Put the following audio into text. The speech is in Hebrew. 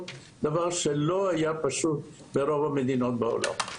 וזה דבר שלא היה פשוט ברוב המדינות בעולם.